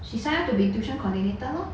she signed up to be tuition coordinator lor